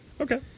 Okay